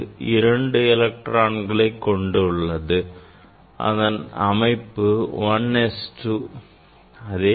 அது இரண்டு எலக்ட்ரான்கள் கொண்டுள்ளது அதன் அமைப்பு 1s 2